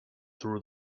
through